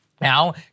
now